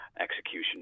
execution